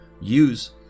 use